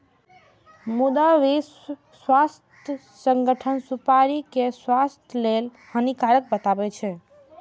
मुदा विश्व स्वास्थ्य संगठन सुपारी कें स्वास्थ्य लेल हानिकारक बतबै छै